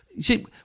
see